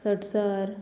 सटसार